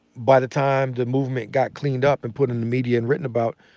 by the time the movement got cleaned up and put in the media and written about,